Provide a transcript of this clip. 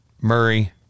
Murray